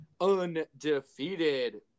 undefeated